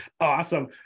Awesome